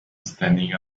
standing